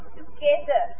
together